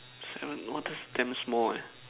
sam !wah! that's damn small eh